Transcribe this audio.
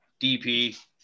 DP